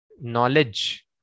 knowledge